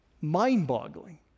mind-boggling